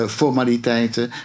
formaliteiten